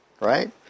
right